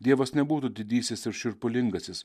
dievas nebūtų didysis ir šiurpulingasis